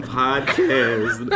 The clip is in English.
podcast